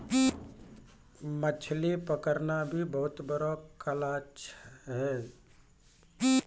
मछली पकड़ना भी बहुत बड़ो कला छै